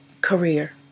career